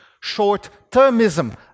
short-termism